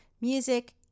music